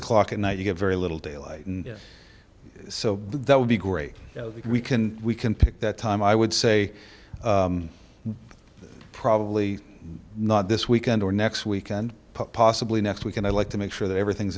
o'clock at night you get very little daylight and so that would be great if we can we can pick that time i would say probably not this weekend or next week and possibly next week and i like to make sure that everything's